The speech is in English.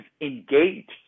engaged